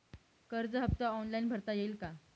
कर्ज हफ्ता ऑनलाईन भरता येईल का?